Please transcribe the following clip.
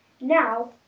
Now